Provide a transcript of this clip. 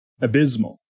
abysmal